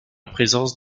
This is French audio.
présence